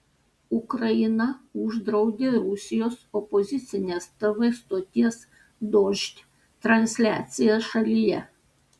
ukraina uždraudė rusijos opozicinės tv stoties dožd transliaciją šalyje